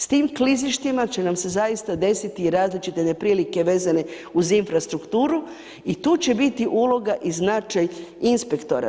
S tim klizištima će nam se zaista desiti i različite neprilike vezane uz infrastrukturu i tu će biti uloga i značaj inspektora.